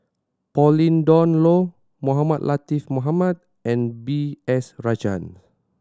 Pauline Dawn Loh Mohamed Latiff Mohamed and B S Rajhans